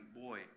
boy